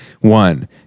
One